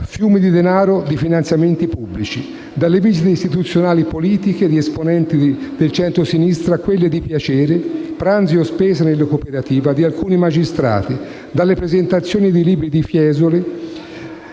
fiumi di denaro di finanziamenti pubblici: dalle visite istituzionali e politiche di esponenti del centrosinistra a quelle di piacere (pranzi o spesa nella cooperativa) di alcuni magistrati, dalle presentazioni di libri di Fiesoli,